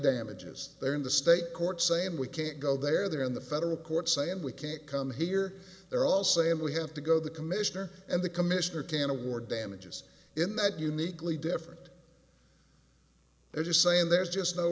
damages they're in the state court saying we can't go there they're in the federal court saying we can't come here they're all saying we have to go the commissioner and the commissioner can award damages in that uniquely different they're just saying there's just no